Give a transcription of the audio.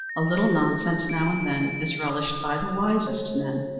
a little nonsense now and then, is relished by the wisest men.